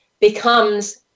becomes